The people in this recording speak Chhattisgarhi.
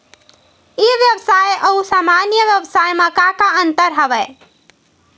ई व्यवसाय आऊ सामान्य व्यवसाय म का का अंतर हवय?